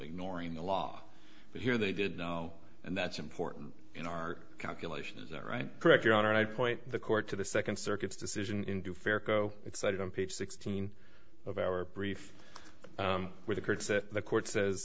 ignoring the law but here they did know and that's important in our calculation is that right correct your honor i point the court to the second circuit's decision in two fair go excited on page sixteen of our brief where the cards that the court says